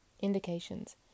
Indications